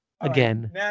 Again